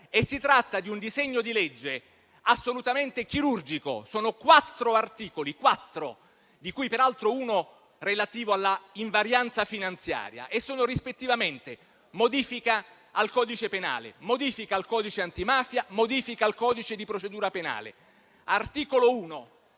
Si tratta di un disegno di legge assolutamente chirurgico: sono solo quattro articoli, di cui peraltro uno relativo all'invarianza finanziaria, contenenti rispettivamente modifica al codice penale, modifica al codice antimafia, modifica al codice di procedura penale.